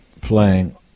playing